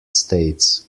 states